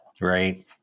Right